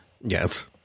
Yes